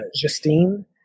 Justine